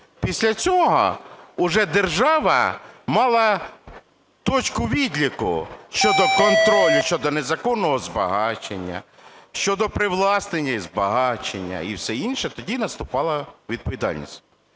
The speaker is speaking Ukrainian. після цього уже держава мала точку відліку щодо контролю щодо незаконного збагачення, щодо привласнення і збагачення і все інше, тоді наступала відповідальність.